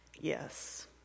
yes